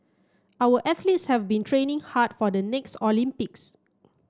our athletes have been training hard for the next Olympics